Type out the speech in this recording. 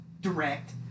Direct